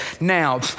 Now